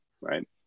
right